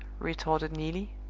retorted neelie,